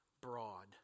broad